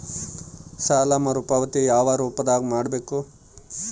ಸಾಲ ಮರುಪಾವತಿ ಯಾವ ರೂಪದಾಗ ಮಾಡಬೇಕು?